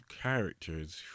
characters